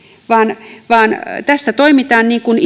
vaan vaan tässä toimitaan niin kuin